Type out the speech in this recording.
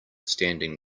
standing